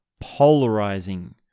polarizing